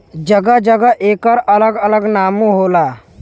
जगह जगह एकर अलग अलग नामो होला